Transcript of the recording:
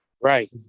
Right